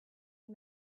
and